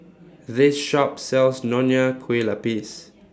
This Shop sells Nonya Kueh Lapis